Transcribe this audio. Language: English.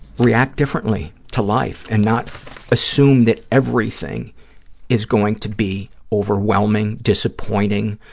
react differently to life and not assume that everything is going to be overwhelming, disappointing,